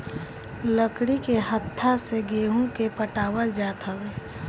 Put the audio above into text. लकड़ी के हत्था से गेंहू के पटावल जात हवे